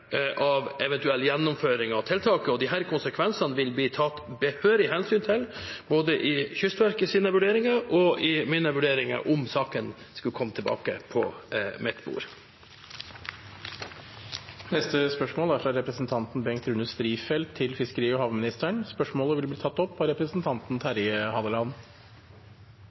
av eventuell gjennomføring av tiltak. Disse konsekvensene vil bli tatt behørig hensyn til både i Kystverkets vurderinger og i mine vurderinger om saken skulle komme tilbake på mitt bord. Dette spørsmålet, fra representanten Bengt Rune Strifeldt til fiskeri- og havministeren, vil bli tatt opp av representanten Terje Halleland.